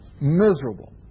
miserable